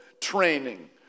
training